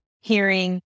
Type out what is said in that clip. hearing